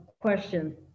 question